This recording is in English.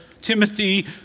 Timothy